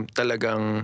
talagang